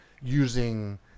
using